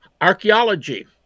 Archaeology